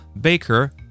baker